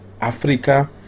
Africa